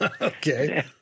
Okay